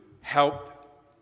help